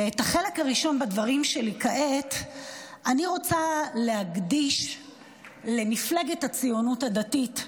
את החלק הראשון בדברים שלי כעת אני רוצה להקדיש למפלגת הציונות הדתית,